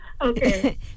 Okay